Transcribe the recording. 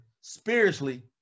spiritually